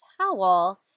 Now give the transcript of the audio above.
towel